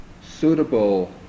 suitable